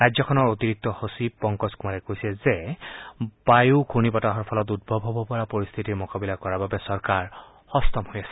ৰাজ্যখনৰ অতিৰিক্ত সচিব পংকজ কুমাৰে কৈছে যে বায়ু ঘূৰ্ণি বতাহৰ ফলত উদ্ভৱ হ'ব পৰা পৰিস্থিতিৰ মোকাবিলা কৰাৰ বাবে চৰকাৰ সষ্টম হৈ আছে